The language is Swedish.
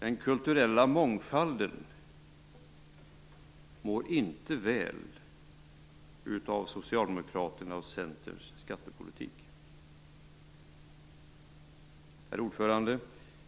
Den kulturella mångfalden mår inte väl av Socialdemokraternas och Centerns skattepolitik. Herr talman!